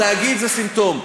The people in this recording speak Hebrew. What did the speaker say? התאגיד זה סימפטום.